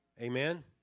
Amen